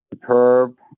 Superb